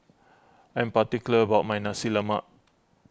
I am particular about my Nasi Lemak